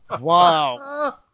Wow